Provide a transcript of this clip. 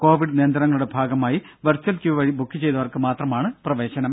Covid നിയന്ത്രണങ്ങളുടെ ഭാഗമായി virtual queue വഴി ബുക്ക് ചെയ്തവർക്ക് മാത്രമാണ് പ്രവേശനം